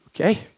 Okay